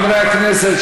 חברי הכנסת,